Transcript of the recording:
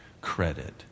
credit